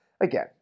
Again